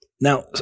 Now